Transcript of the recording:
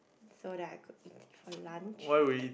so that I could eat it for lunch